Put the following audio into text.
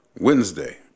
Wednesday